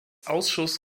ausschuss